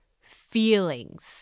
feelings